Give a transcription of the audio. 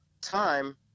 time